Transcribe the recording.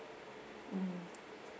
mm